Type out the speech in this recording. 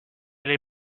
l’ai